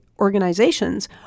organizations